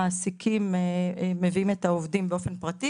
המעסיקים מביאים את העובדים באופן פרטי.